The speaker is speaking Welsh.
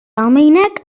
almaeneg